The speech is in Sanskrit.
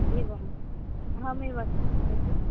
एवम् अहमेव अस्मि वदतु